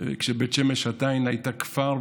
כשבית שמש עדיין הייתה כפר,